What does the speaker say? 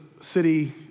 city